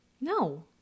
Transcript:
No